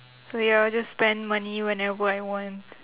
so ya I'll just spend money whenever I want